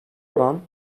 oran